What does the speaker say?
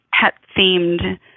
pet-themed